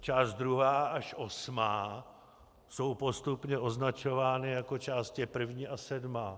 Část druhá až osmá jsou postupně označovány jako Část první až sedmá.